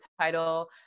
title